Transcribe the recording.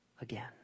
again